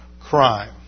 crime